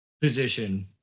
position